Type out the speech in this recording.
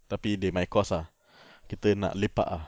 tapi they're my course ah kita nak lepak ah